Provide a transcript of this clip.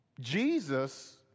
Jesus